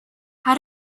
how